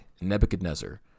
Nebuchadnezzar